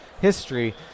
history